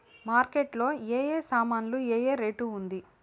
Market లో ఏ ఏ సామాన్లు ఏ ఏ రేటు ఉంది?